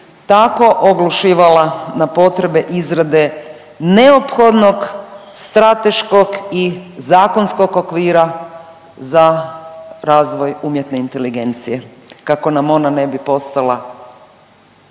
tako oglušivala na potrebe izrade neophodnog strateškog i zakonskog okvira za razvoj umjetne inteligencije kako nam ona ne bi postala